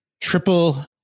triple